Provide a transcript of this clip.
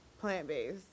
plant-based